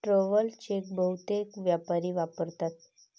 travel check बहुतेक व्यापारी वापरतात